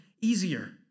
easier